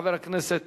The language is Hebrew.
חבר הכנסת